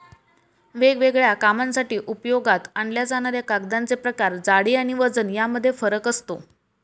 वेगवेगळ्या कामांसाठी उपयोगात आणल्या जाणाऱ्या कागदांचे प्रकार, जाडी आणि वजन यामध्ये फरक असतो